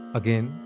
again